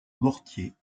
mortiers